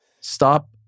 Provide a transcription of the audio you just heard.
Stop